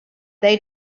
they